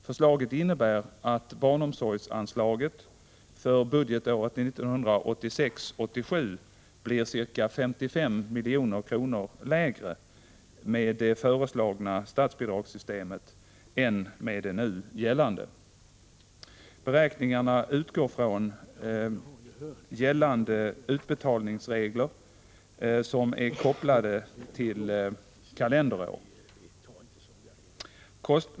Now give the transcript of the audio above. Förslaget innebär att barnomsorgsanslaget för budgetåret 1986/87 blir ca 55 milj.kr. lägre med det föreslagna statsbidragssystemet än med det nu gällande. Beräkningarna utgår från gällande utbetalningsregler som är kopplade till kalenderår.